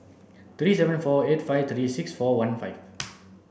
three seven four eight five three six four one five